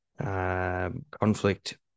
Conflict